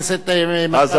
אז אני אומר,